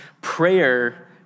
prayer